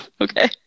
Okay